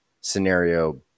scenario